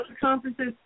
conferences